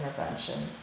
intervention